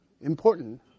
important